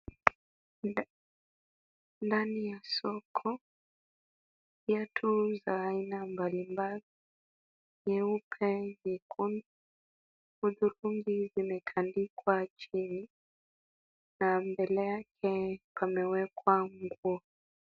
Ni ndani ya soko ya viatu aina mbalimbali, nyeupe nyekundu za wanafunzi zimetandikwa chini na mbele yake pamewekwa nguo.